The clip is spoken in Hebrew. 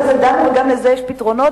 גם בזה דנו וגם לזה יש פתרונות.